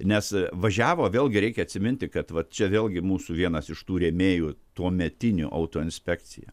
nes važiavo vėlgi reikia atsiminti kad va čia vėlgi mūsų vienas iš tų rėmėjų tuometinių autoinspekcija